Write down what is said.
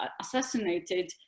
assassinated